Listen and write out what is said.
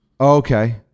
okay